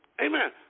Amen